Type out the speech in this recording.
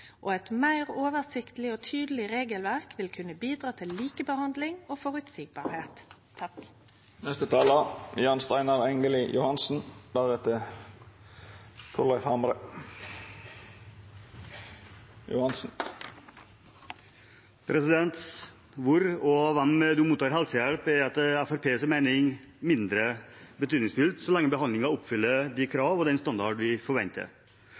og eit meir oversiktleg og tydeleg regelverk vil kunne bidra til likebehandling og føreseielege vilkår. Hvor og fra hvem du mottar helsehjelp, er etter Fremskrittspartiets mening mindre betydningsfullt så lenge behandlingen oppfyller de krav og den standard vi forventer.